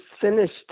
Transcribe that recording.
finished